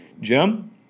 Jim